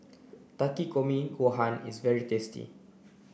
Takikomi Gohan is very tasty